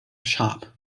shop